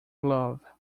glove